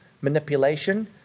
manipulation